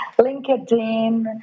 LinkedIn